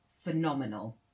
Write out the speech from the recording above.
phenomenal